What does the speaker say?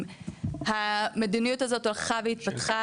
המדיניות הזאת הלכה והתפתחה,